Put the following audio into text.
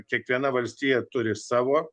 kiekviena valstija turi savo